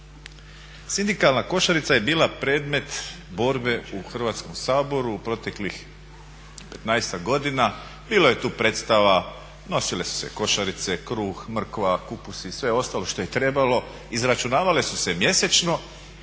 Sindikalna košarica je bila predmet borbe u Hrvatskom saboru u proteklih 15-ak godina. Bilo je tu predstava, nosile su se košarice, kruh, mrkva, kupus i sve ostalo što je trebalo, izračunavale su se mjesečno